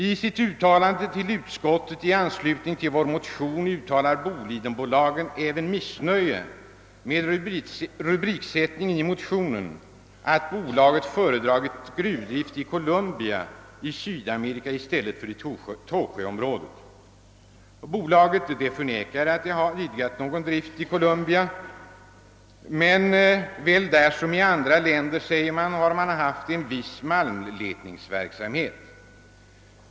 I sitt yttrande till utskottet i anslutning till vår motion uttalar Bolidenbolaget även missnöje med rubriksättningen i motionen, där det hette att bolaget föredragit gruvdrift i Colombia i Sydamerika i stället för i Tåsjöområdet. Bolaget förnekar att det idkat någon drift i Colombia, men väl där som i andra länder, säger man, har man haft en viss malmletningsverksamhet.